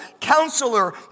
Counselor